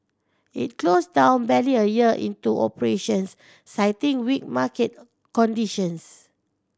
it closed down barely a year into operations citing weak market conditions